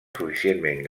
suficientment